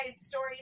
story